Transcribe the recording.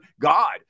God